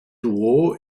duo